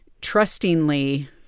trustingly